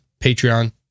patreon